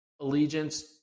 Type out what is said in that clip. allegiance